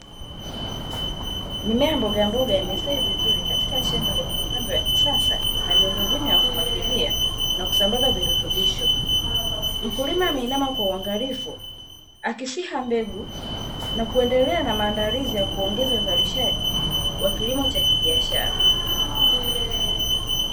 Mimea ya mbogamboga imestawi vizuri katika shamba, lenye mitambo ya kisasa na miundombinu ya kumwagilia na kusambaza virutubisho, mkulima ameinama kwa uangalifu akisia mbegu, na kuendelea na maandalizi ya kuongeza uzalishaji wa kilimo cha kibiashara.